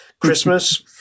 Christmas